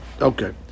Okay